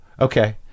okay